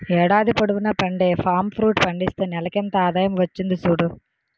ఏడాది పొడువునా పండే పామ్ ఫ్రూట్ పండిస్తే నెలకింత ఆదాయం వచ్చింది సూడు